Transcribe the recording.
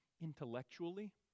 intellectually